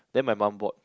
then my mum bought